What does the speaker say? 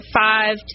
five